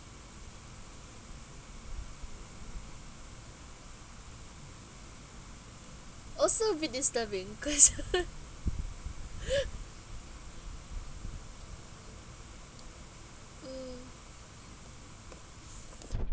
also a bit disturbing cause mm